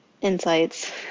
insights